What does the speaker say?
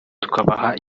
tukabaha